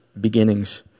beginnings